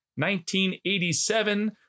1987